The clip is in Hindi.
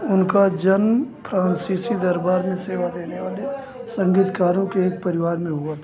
उनका जन्म फ्रांसीसी दरबार में सेवा देने वाले संगीतकारों के एक परिवार में हुआ था